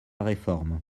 réforme